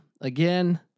again